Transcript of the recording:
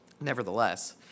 Nevertheless